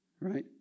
right